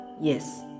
Yes